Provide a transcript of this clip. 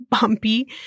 bumpy